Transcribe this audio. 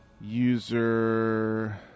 User